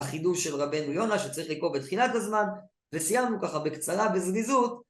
החידוש של רבנו יונה שצריך לקרוא בתחילת הזמן, וסיימנו ככה בקצרה וזריזות